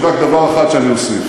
יש רק דבר אחד שאני אוסיף.